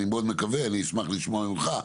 אני מאוד מקווה אני אשמח לשמוע ממך,